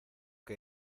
que